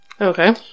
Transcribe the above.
Okay